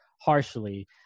harshly